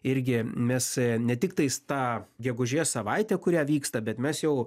irgi mes ne tiktais tą gegužės savaitę kurią vyksta bet mes jau